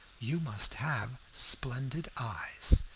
you must have splendid eyes.